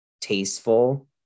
tasteful